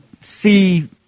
see